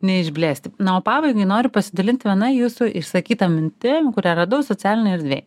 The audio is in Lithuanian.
neišblėsti na o pabaigai noriu pasidalint viena jūsų išsakyta mintim kurią radau socialinėj erdvėj